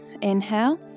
Inhale